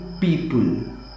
people